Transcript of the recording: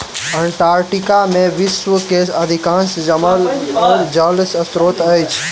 Antarctica में विश्व के अधिकांश जमल जल स्त्रोत अछि